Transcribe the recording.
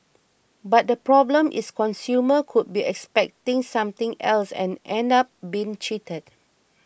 but the problem is consumers could be expecting something else and end up being cheated